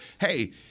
hey